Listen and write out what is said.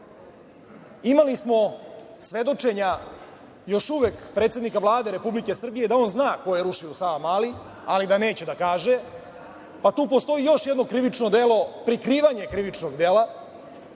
smo svedočenja, još uvek, predsednika Vlade Republike Srbije da on zna ko je rušio u Savamali, ali da neće da kaže, pa tu postoji još jedno krivično delo, prikrivanje krivičnog dela.